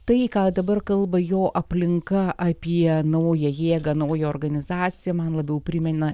tai ką dabar kalba jo aplinka apie naują jėgą naują organizaciją man labiau primena